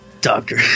Doctor